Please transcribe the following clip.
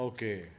Okay